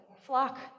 flock